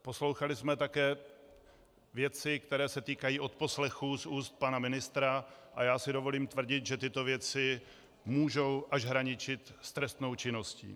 Poslouchali jsme také věci, které se týkají odposlechů z úst pana ministra, a já si dovolím tvrdit, že tyto věci můžou až hraničit s trestnou činností.